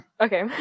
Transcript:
Okay